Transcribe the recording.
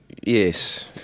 Yes